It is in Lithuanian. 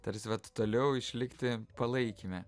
tarsi vat toliau išlikti palaikyme